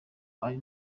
ari